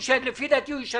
אומרים שיש חקירה.